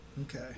Okay